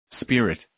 spirit